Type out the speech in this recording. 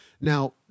now